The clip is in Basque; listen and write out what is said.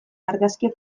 argazkia